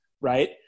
right